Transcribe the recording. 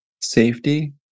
safety